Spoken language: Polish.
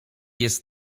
jest